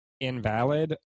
invalid